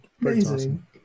Amazing